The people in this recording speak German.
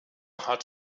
hat